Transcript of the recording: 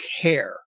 care